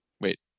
Wait